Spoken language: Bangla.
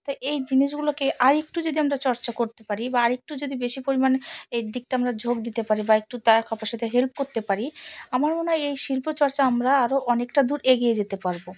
তো এই জিনিসগুলোকে আরেকটু যদি আমরা চর্চা করতে পারি বা আরেকটু যদি বেশি পরিমাণে এর দিকটা আমরা ঝোঁক দিতে পারি বা একটু তার খাবার সাথে হেল্প করতে পারি আমার মনে হয় এই শিল্পচর্চা আমরা আরও অনেকটা দূর এগিয়ে যেতে পারবো